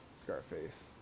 Scarface